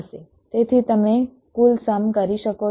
તેથી તમે કુલ સમ કરી શકો છો